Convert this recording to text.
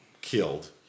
killed